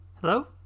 Hello